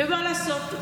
ומה לעשות.